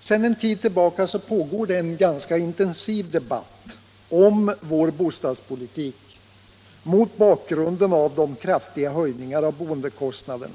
Sedan en tid tillbaka pågår en ganska intensiv debatt om vår bostadspolitik mot bakgrund av de kraftiga höjningarna av boendekostnaderna.